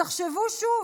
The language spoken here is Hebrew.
תחשבו שוב.